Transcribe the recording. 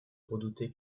redouté